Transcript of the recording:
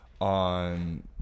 on